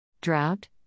Drought